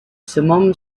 simum